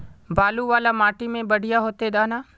बालू वाला माटी में बढ़िया होते दाना?